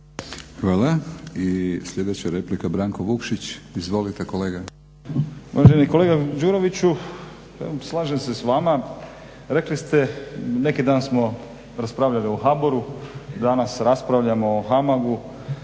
Hvala. I sljedeća replika, Branko Vukšić. Izvolite kolega.